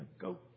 go